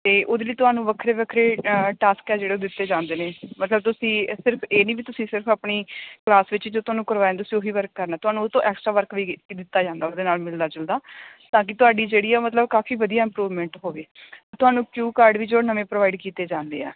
ਅਤੇ ਉਹਦੇ ਲਈ ਤੁਹਾਨੂੰ ਵੱਖਰੇ ਵੱਖਰੇ ਟਾਸਕ ਆ ਜਿਹੜੇ ਉਹ ਦਿੱਤੇ ਜਾਂਦੇ ਨੇ ਮਤਲਬ ਤੁਸੀਂ ਇਹ ਸਿਰਫ਼ ਇਹ ਨਹੀਂ ਵੀ ਤੁਸੀਂ ਸਿਰਫ਼ ਆਪਣੀ ਕਲਾਸ ਵਿੱਚ ਜੋ ਤੁਹਾਨੂੰ ਕਰਵਾਉਂਦੇ ਸੀ ਉਹ ਹੀ ਵਰਕ ਕਰਨਾ ਤੁਹਾਨੂੰ ਉਹ ਤੋਂ ਐਕਸਟਰਾ ਵਰਕ ਵੀ ਦਿੱਤਾ ਜਾਂਦਾ ਉਹਦੇ ਨਾਲ ਮਿਲਦਾ ਜੁਲਦਾ ਤਾਂ ਕਿ ਤੁਹਾਡੀ ਜਿਹੜੀ ਆ ਮਤਲਬ ਕਾਫ਼ੀ ਵਧੀਆ ਇੰਪਰੂਵਮੈਂਟ ਹੋਵੇ ਤੁਹਾਨੂੰ ਕਿਯੂ ਕਾਰਡ ਵੀ ਆ ਜੋ ਨਵੇਂ ਪ੍ਰੋਵਾਈਡ ਕੀਤੇ ਜਾਂਦੇ ਆ